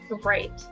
Great